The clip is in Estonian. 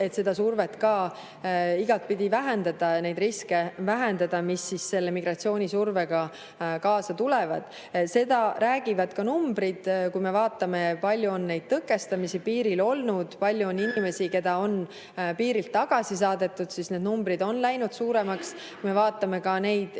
et seda survet igapidi vähendada ja neid riske vähendada, mis selle migratsioonisurvega kaasa tulevad. Seda räägivad ka numbrid. Kui me vaatame, kui palju on tõkestamisi piiril olnud, kui palju on inimesi piirilt tagasi saadetud, siis need numbrid on läinud suuremaks. Kui me vaatame, kui